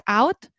out